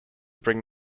bring